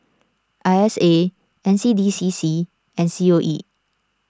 I S A N C D C C and C O E